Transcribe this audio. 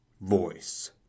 voice